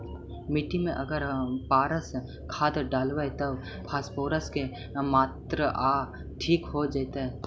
मिट्टी में अगर पारस खाद डालबै त फास्फोरस के माऋआ ठिक हो जितै न?